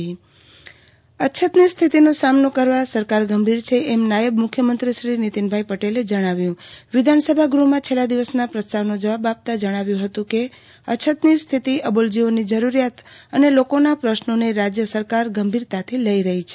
આરતીબેન ભદ્દ નાણા મંત્રી નીતિનભાઈ પટેલ અછતની સ્થિતિનો સામનો કરવા સરકાર ગંભીર છે એમ નાયબ મુખ્યમંત્રી શ્રી નીતિનભાઈ પટેલે જણાવ્યું કે વિધાનસભા ગૃહમાં છેલ્લા દિવસના પ્રસ્તાવનો જવાબ આપતાં જણાવ્યું હતું કે અછતની સ્થિતિ અબોલ જીવોની જરૂરિયાતો અને લોકોના પ્રશ્રોને રાજય સરકાર ગંભીરતાથી લઈ રહી છે